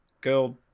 girl